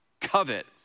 covet